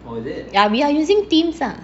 ya we are using teams ah